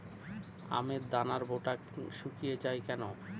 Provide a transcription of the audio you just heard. আমের দানার বোঁটা শুকিয়ে য়ায় কেন?